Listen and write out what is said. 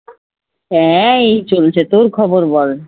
হ্যাঁ এই চলছে তোর খবর বল